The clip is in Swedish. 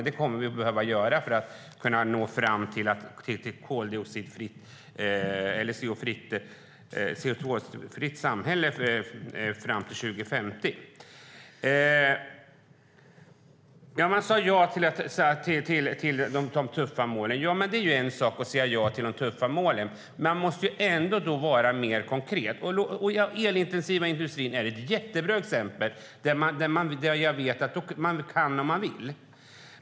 Det kommer vi att behöva göra för att kunna nå fram till ett CO2-fritt samhälle fram till 2050. Man sade ja till de tuffa målen. Det är en sak att säga ja till de tuffa målen, man måste ändå vara mer konkret. Den elintensiva industrin är ett jättebra exempel. Jag vet att man kan om man vill.